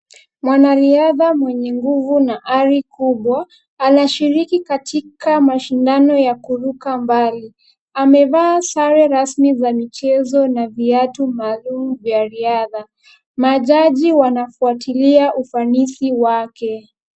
Mwanariadha mwenye nguvu na ari kubwa anashiriki katika mashindano ya kuruka mbali. Amevaa sare rasmi za michezo na viatu maalum vya riadha. Majaji wanafutilia ufanisi wake.